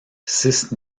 six